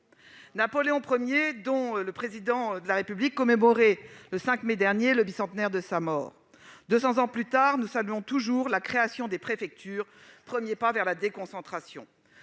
Napoléon I, dont le Président de la République commémorait, le 5 mai dernier, le bicentenaire de la mort. Deux cents ans plus tard, nous saluons toujours la création des préfectures, premier pas vers la déconcentration.